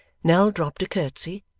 nell dropped a curtsey,